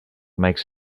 makes